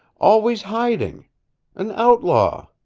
always hiding an outlaw